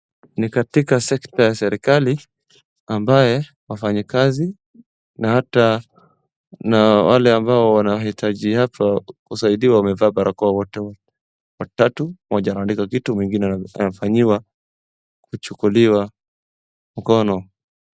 Ni katika sector ya serikali ambaye wafanyikazi na ata wale ambao wanahitaji kusaidiwa wamevaa barakoa wote, mmoja anaandika kitu mwingine anafanyiwa kuchukuliwa mkono.